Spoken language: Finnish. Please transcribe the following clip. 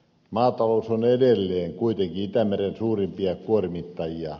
maatalous on edelleen kuitenkin itämeren suurimpia kuormittajia